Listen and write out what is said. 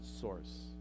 source